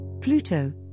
Pluto